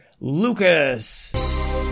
lucas